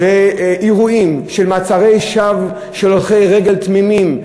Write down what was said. ואירועים של מעצרי שווא של הולכי רגל תמימים,